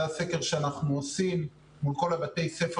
זה הסקר שאנחנו עושים מול כל בתי הספר